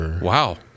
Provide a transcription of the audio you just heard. wow